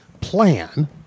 plan